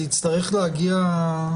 זה יצטרך להגיע.